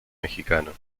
mexicano